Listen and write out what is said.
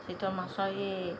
চিতল মাছৰ এই